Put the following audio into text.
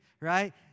right